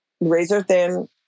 razor-thin